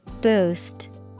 boost